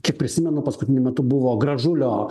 kiek prisimenu paskutiniu metu buvo gražulio